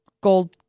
gold